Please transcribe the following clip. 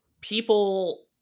people